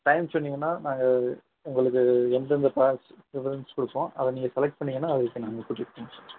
time சொன்னீங்கன்னால் நாங்கள் உங்களுக்கு எந்தெந்த பேலஸ் டிஃபரன்ஸ் கொடுப்போம் அதை நீங்கள் செலக்ட் பண்ணிங்கன்னால் அதுக்கு நாங்கள் கூட்டிகிட்டு போவோம் சார்